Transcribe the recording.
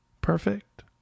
perfect